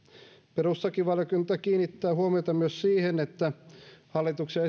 perustuslakivaliokunta kiinnittää huomiota myös siihen että hallituksen